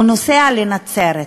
הוא נוסע לנצרת.